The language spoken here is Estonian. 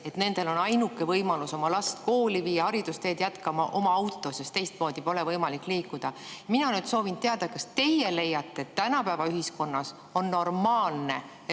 et nendel on ainuke võimalus oma last kooli viia haridusteed jätkama oma autoga. Teistmoodi pole võimalik liikuda. Mina nüüd soovin teada, kas teie leiate, et tänapäeva ühiskonnas on normaalne,